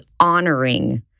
honoring